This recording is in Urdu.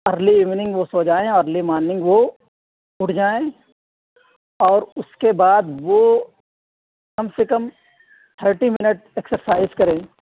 ارلی ایونگ وہ سوجائیں ارلی مارنگ وہ اُٹھ جائیں اور اُس کے بعد وہ کم سے کم تھرٹی منٹ ایکسرسائز کریں